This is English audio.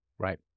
Right